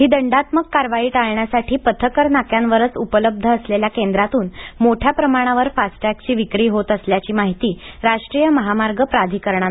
ही दंडात्मक कारवाई टाळण्यासाठी पथकर नाक्यांवरच उपलब्ध असलेल्या केंद्रातून मोठ्या प्रमाणावर फास्टटॅग ची विक्री होत असल्याची माहिती राष्ट्रीय महामार्ग प्राधिकरणांन दिली आहे